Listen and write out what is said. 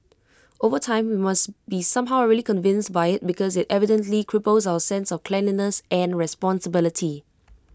over time we must be somehow really convinced by IT because IT evidently cripples our sense of cleanliness and responsibility